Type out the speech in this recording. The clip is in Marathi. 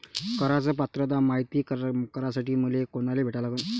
कराच पात्रता मायती करासाठी मले कोनाले भेटा लागन?